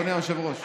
אדוני היושב-ראש.